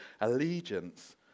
allegiance